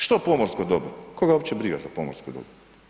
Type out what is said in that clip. Što pomorsko dobro, koga uopće briga za pomorsko dobro?